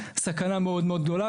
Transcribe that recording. סכנה מאוד מאוד גדולה,